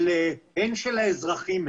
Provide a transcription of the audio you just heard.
הן של האזרחים,